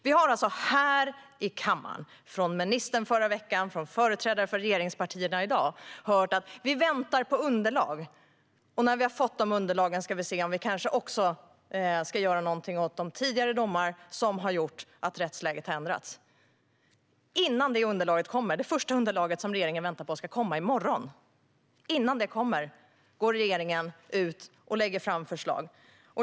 Vi har här i kammaren från ministern i förra veckan och från företrädare för regeringspartierna i dag hört: Vi väntar på underlag, och när vi har fått de underlagen ska vi se om vi kanske också ska göra någonting åt de tidigare domar som har gjort att rättsläget har ändrats. Det första underlaget som regeringen väntar på ska komma i morgon, och innan det kommer går regeringen nu ut och lägger fram förslag.